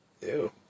Ew